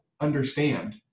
understand